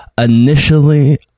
initially